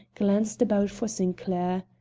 glanced about for sinclair.